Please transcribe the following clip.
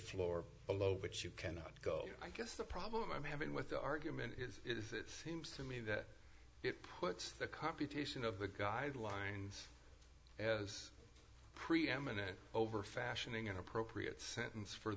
floor below which you cannot go i guess the problem i'm having with the argument is if it seems to me that it puts the computation of the guidelines as preeminent over fashioning an appropriate sentence for